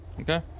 Okay